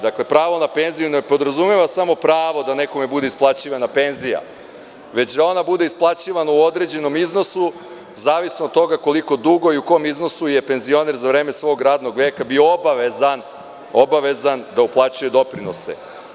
Dakle, prava na penziju ne podrazumeva samo pravo da nekome bude isplaćivana penzija, već da ona bude isplaćivana u određenom iznosu, zavisno od toga koliko dugo i u kom iznosu je penzioner za vreme svog radnog veka bio obavezan da uplaćuje doprinose.